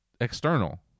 external